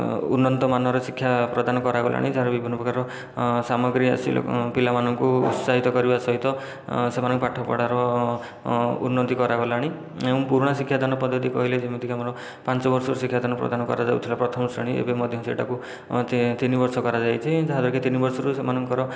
ଉନ୍ନତ ମାନର ଶିକ୍ଷା ପ୍ରଦାନ କରାଗଲାଣି ଯାହାର ବିଭିନ୍ନ ପ୍ରକାରର ସାମଗ୍ରୀ ଆସିଲେ ପିଲାମାନଙ୍କୁ ଉତ୍ସାହିତ କରିବା ସହିତ ସେମାନଙ୍କ ପାଠପଢ଼ାର ଉନ୍ନତି କରାଗଲାଣି ଏବଂ ପୁରୁଣା ଶିକ୍ଷାଦାନ ପଦ୍ଧତି କହିଲେ ଯେମିତିକି ଆମର ପାଞ୍ଚ ବର୍ଷ ଶିକ୍ଷାଦାନ ପ୍ରଦାନ କରାଯାଉଥିଲା ପ୍ରଥମ ଶ୍ରେଣୀ ଏବେ ମଧ୍ୟ ସେଇଟାକୁ ଏବେ ତିନି ବର୍ଷ କରାଯାଇଛି ଯାହାର କି ତିନି ବର୍ଷରୁ ସେମାନଙ୍କର